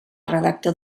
redactor